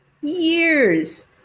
years